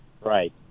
Right